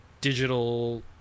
digital